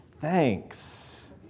thanks